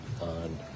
on